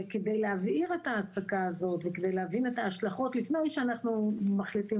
וכדי להבהיר את ההעסקה הזאת וכדי להבין את ההשלכות לפני שאנחנו מחליטים